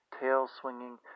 tail-swinging